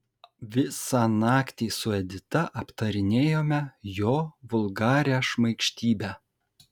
visą naktį su edita aptarinėjome jo vulgarią šmaikštybę